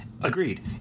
Agreed